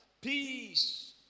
peace